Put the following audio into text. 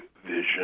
vision